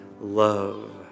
love